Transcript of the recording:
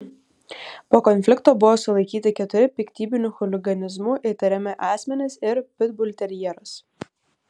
po konflikto buvo sulaikyti keturi piktybiniu chuliganizmu įtariami asmenys ir pitbulterjeras